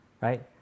right